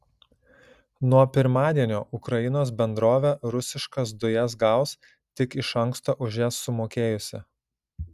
nuo pirmadienio ukrainos bendrovė rusiškas dujas gaus tik iš anksto už jas sumokėjusi